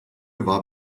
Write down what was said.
war